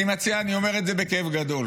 אני מציע, ואני אומר את זה בכאב גדול,